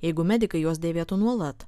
jeigu medikai juos dėvėtų nuolat